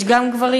יש גם גברים,